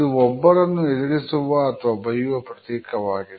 ಇದು ಒಬ್ಬರನ್ನು ಎದುರಿಸುವ ಅಥವಾ ಬೈಯುವ ಪ್ರತೀಕವಾಗಿದೆ